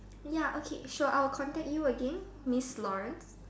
ya okay sure I will contact you again mister Lawrence